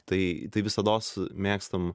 tai visados mėgstam